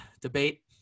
debate